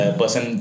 person